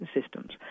systems